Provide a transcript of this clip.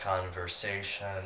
conversation